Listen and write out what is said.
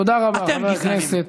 תודה רבה, חבר הכנסת